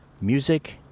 Music